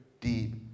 deep